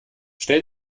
stell